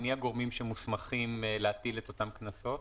מי הגורמים שמוסמכים להטיל את אותם קנסות?